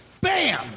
Bam